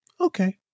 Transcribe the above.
okay